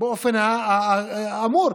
באופן האמור.